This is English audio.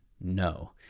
no